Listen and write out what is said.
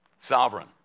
Sovereign